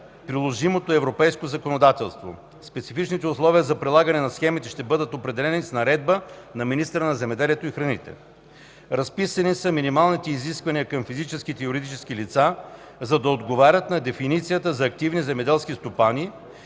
приложимото европейско законодателство. Специфичните условия за прилагане на схемите ще бъдат определени с Наредба на министъра на земеделието и храните. Разписани са минималните изисквания към физическите и юридически лица, за да отговарят на дефиницията за активни земеделски стопани